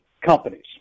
companies